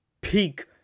peak